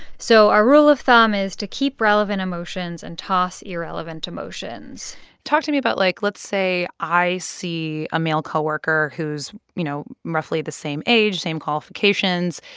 so our rule of thumb is to keep relevant emotions and toss irrelevant emotions talk to me about, like let's say, i see a male coworker who's, you know, roughly the same age, same qualifications.